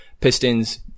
Pistons